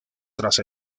tras